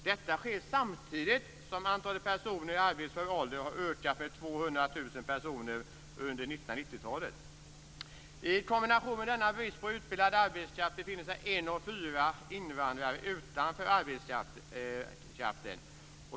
Detta är fallet samtidigt som antalet personer i arbetsför ålder har ökat med 200 000 under 1990-talet. Samtidigt med att vi har brist på utbildad arbetskraft befinner sig 1 av 4 invandrare utanför arbetskraften.